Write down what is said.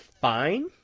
fine